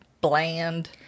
bland